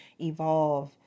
evolve